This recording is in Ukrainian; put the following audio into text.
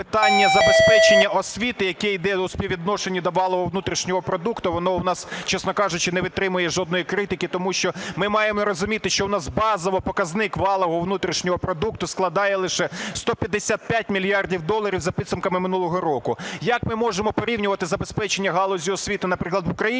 питання забезпечення освіти, яке йде у співвідношенні до валового внутрішнього продукту, воно в нас, чесно кажучи, не витримує жодної критики, тому що ми маємо розуміти, що в нас базовий показник валового внутрішнього продукту складає лише 155 мільярдів доларів за підсумками минулого року. Як ми можемо порівнювати забезпечення галузі освіти, наприклад, в Україні